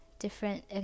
different